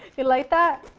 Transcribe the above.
you like that?